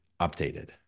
updated